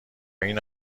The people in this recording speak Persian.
این